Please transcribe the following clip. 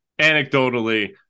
anecdotally